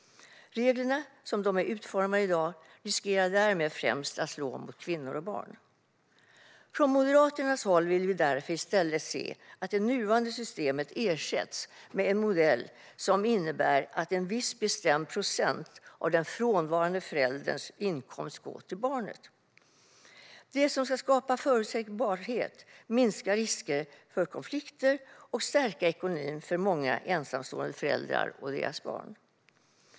Reglerna riskerar därmed, som de är utformade i dag, att slå främst mot kvinnor och barn. Från Moderaternas håll vill vi därför i stället se att det nuvarande systemet ersätts med en modell som innebär att en viss bestämd procent av den frånvarande förälderns inkomst går till barnet. Det skulle skapa förutsägbarhet, minska risker för konflikter och stärka ekonomin för många ensamstående föräldrar och deras barn.